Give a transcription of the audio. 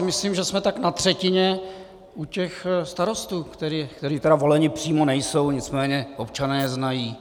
Myslím si, že jsme tak na třetině u těch starostů, kteří tedy voleni přímo nejsou, nicméně občané je znají.